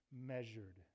measured